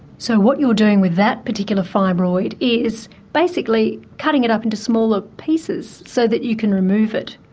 so what you're doing with that particular fibroid is basically cutting it up into smaller pieces so that you can remove it.